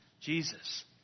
Jesus